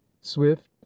swift